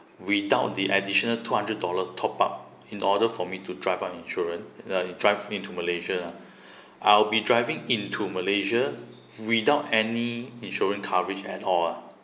without the additional two hundred dollar top up in order for me to drive out insurance uh drive in to malaysia ah I'll be driving into malaysia without any insurance coverage at all ah